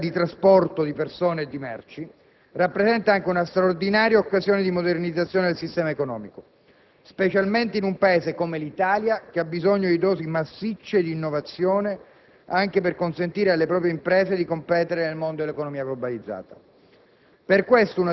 nelle modalità di trasporto di persone e merci, rappresenta anche una straordinaria occasione di modernizzazione del sistema economico, specialmente in un Paese come l'Italia, che ha bisogno di dosi massicce di innovazione anche per consentire alle proprie imprese di competere nel mondo dell'economia globalizzata.